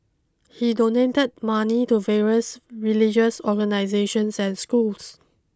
he donated money to various religious organisations and schools